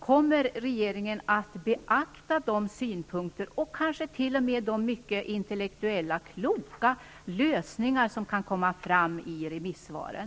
Kommer regeringen att beakta de synpunkter och de kanske t.o.m. mycket intelligenta och kloka lösningar som kan komma fram i remissvaren?